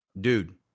Dude